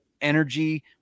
energy